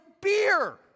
beer